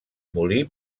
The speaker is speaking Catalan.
molí